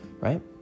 right